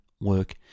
Work